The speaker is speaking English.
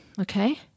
Okay